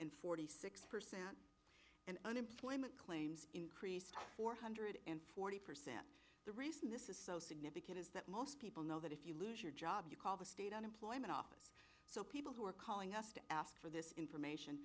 and forty six percent and unemployment claims increased four hundred and forty percent the reason this is so significant is that most people know that if you lose your job you call the state unemployment office so people who are calling us to ask for this information